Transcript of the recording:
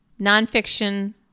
nonfiction